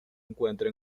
encuentra